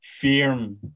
firm